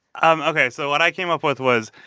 um ok. so what i came up with was,